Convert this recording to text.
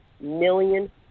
million